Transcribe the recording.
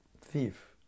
thief